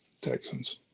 texans